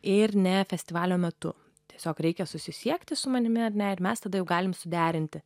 ir ne festivalio metu tiesiog reikia susisiekti su manimi ar ne ir mes tada jau galime suderinti